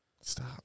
Stop